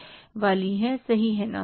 सही है ना